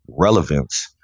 relevance